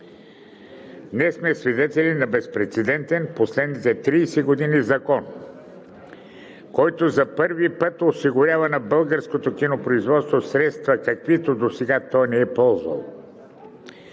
Ние сме свидетели на безпрецедентен за последните 30 години закон, който за първи път осигурява на българското кинопроизводство средства, каквито досега не е ползвало.